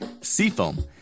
Seafoam